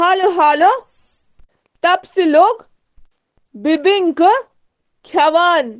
فلپائنی مینوَن منٛز چھُ اکثر توٚمُل اَکہِ اَہَم پٲٹھۍ ہاونہٕ یِوان، یُس پرٛٮ۪تھ کھٮ۪نس سۭتۍ پیش یِوان کرنہٕ۔ تِمَن نِش چھِ مُختٔلِف قٕسمٕک خاص کھٮ۪ن تہِ یِتھ کٔنۍ ایڈوبو، سینی گینگ تہٕ لیچن۔